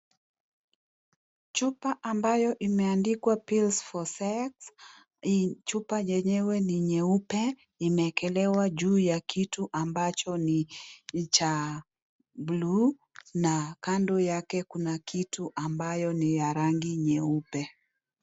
Chupa ambayo imeandikwa Pills for sex , chupa yenyewe ni nyeupe, imewekelewa juu ya kitu ambacho ni cha buluu na kando yake kuna kitu ambayo ni ya rangi nyeupe.